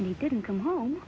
he didn't come home